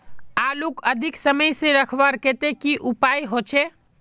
आलूक अधिक समय से रखवार केते की उपाय होचे?